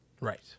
Right